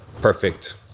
perfect